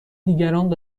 دیگران